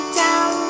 down